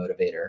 motivator